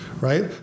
right